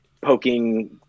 poking